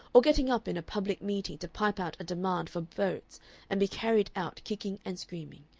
or getting up in a public meeting to pipe out a demand for votes and be carried out kicking and screaming,